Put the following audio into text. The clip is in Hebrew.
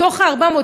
מתוך ה-400,